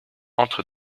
entre